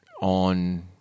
on